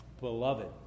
Beloved